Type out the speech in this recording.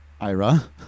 ira